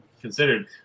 considered